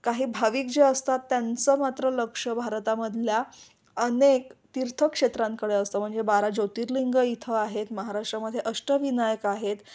काही भाविक जे असतात त्यांचं मात्र लक्ष भारतामधल्या अनेक तीर्थक्षेत्रांकडे असतं म्हणजे बारा ज्योतिर्लिंग इथं आहेत महाराष्ट्रामध्ये अष्टविनायक आहेत